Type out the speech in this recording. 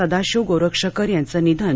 सदाशिव गोरक्षकर यांचं निधन